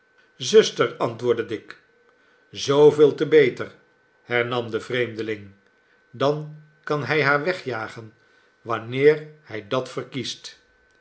zuster antwoordde dick zooveel te beter hernam de vreemdeling dan kan hij haar wegjagen wanneer hij dat verkiest